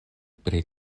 pri